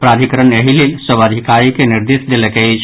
प्राधिकरण एहि लेल सभ अधिकारी के निर्देश देलक अछि